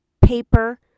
paper